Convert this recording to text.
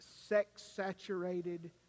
sex-saturated